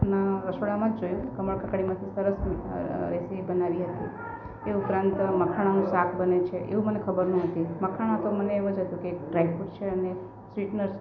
ના રસોડામાં જ જોયું કમળકાંકળીમાંથી સરસ રેસીપી બનાવી હતી એ ઉપરાંત મખણાનું શાક બને છે એવું મને ખબર નોહતી મખણા તો મને એમ જ હતું કે એક ડ્રાયફ્રુટ છે અને સ્વીટનર્સ